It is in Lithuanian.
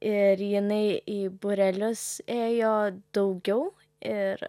ir jinai į būrelius ėjo daugiau ir